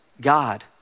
God